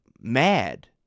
mad